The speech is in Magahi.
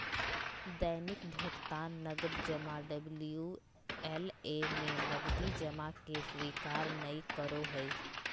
दैनिक भुकतान नकद जमा डबल्यू.एल.ए में नकदी जमा के स्वीकार नय करो हइ